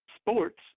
sports